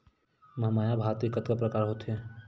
महमाया भात के कतका प्रकार होथे?